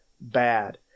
bad